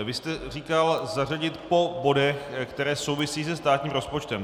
Vy jste říkal zařadit po bodech, které souvisí se státním rozpočtem.